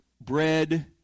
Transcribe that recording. bread